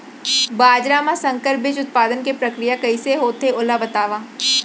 बाजरा मा संकर बीज उत्पादन के प्रक्रिया कइसे होथे ओला बताव?